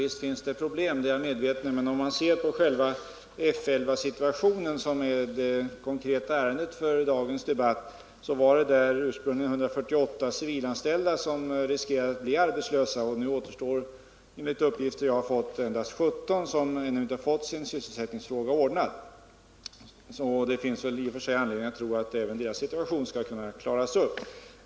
Visst finns det problem, det är jag medveten om, men när det gäller själva F 11-situationen, som är det konkreta ärendet för dagens debatt, så riskerade 148 civilanställda att bli arbetslösa och nu återstår, enligt uppgifter jag fått, endast 17 personer som ännu inte fått sin sysselsättningsfråga ordnad. Det finns anledning att tro att även deras situation skall kunna klaras upp.